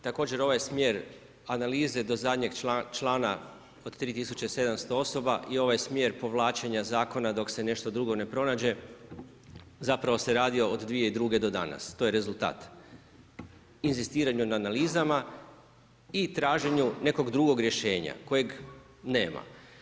Također ovaj smjer analize do zadnjeg člana od 3700 osoba i ovaj smjer povlačenja zakona dok se nešto drugo ne pronađe, zapravo se radi od 2002. do danas, to je rezultat, inzistiranju na analizama i traženju nekog drugog rješenja kojeg nema.